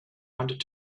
wanted